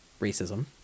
racism